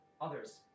others